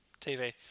TV